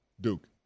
Duke